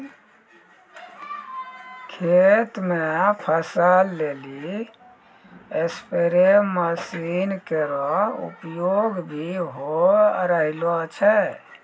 खेत म फसल लेलि स्पेरे मसीन केरो उपयोग भी होय रहलो छै